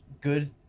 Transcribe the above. good